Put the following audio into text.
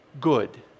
good